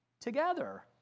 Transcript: together